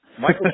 Michael